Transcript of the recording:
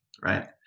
Right